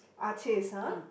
artists ah